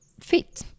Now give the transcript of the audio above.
fit